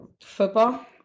football